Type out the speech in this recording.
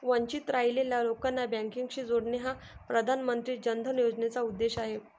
वंचित राहिलेल्या लोकांना बँकिंगशी जोडणे हा प्रधानमंत्री जन धन योजनेचा उद्देश आहे